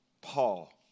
Paul